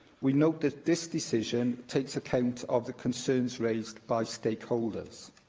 we note that this decision takes account of the concerns raised by stakeholders.